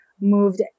moved